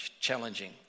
challenging